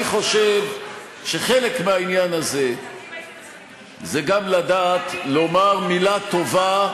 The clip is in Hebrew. אני חושב שחלק מהעניין הזה זה גם לדעת לומר מילה טובה,